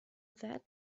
that